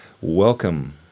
Welcome